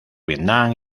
vietnam